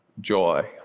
joy